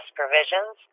provisions